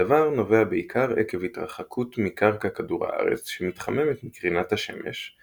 הדבר נובע בעיקר עקב התרחקות מקרקע כדור הארץ שמתחממת מקרינת השמש,